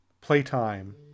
playtime